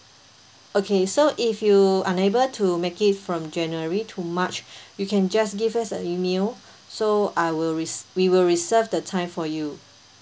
okay so if you unable to make it from january to march you can just give us a email so I will res~ we will reserve the time for you